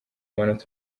manota